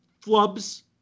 flubs –